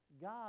God